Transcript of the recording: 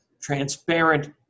Transparent